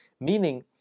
Meaning